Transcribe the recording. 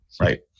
right